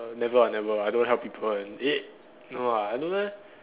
never ah never I don't help people one eh no lah I don't know lah